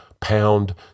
pound